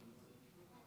חבריי חברי הכנסת, תושבי